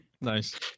Nice